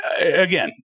Again